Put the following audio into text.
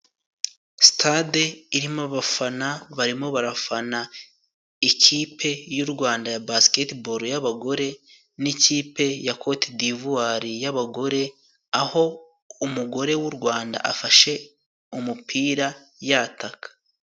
Sitade irimo abafana barimo barafana ikipe y'u Rwanda ya baseketeboro y'abagore n'ikipe ya Kote Divuwari y'abagore, aho umugore w'u Rwanda afashe umupira yataka.